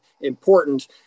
important